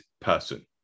person